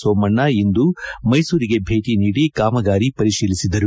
ಸೋಮಣ್ಣ ಇಂದು ಮೈಸೂರಿಗೆ ಭೇಟಿ ನೀಡಿ ಕಾಮಗಾರಿ ಪರಿಶೀಲಿಸಿದರು